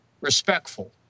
respectful